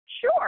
Sure